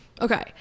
Okay